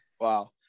wow